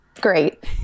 great